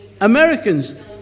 Americans